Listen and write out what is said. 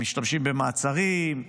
משתמשים במעצרים,